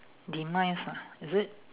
demise ah is it